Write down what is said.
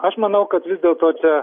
aš manau kad vis dėlto čia